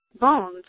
bones